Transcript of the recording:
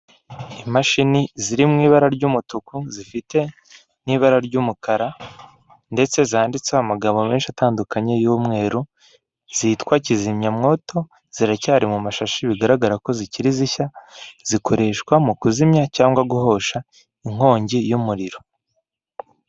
Abantu bari mu ihema bicaye bari mu nama, na none hari abandi bahagaze iruhande rw'ihema bari kumwe n'abashinzwe umutekano mo hagati hari umugabo uri kuvuga ijambo ufite mikoro mu ntoki.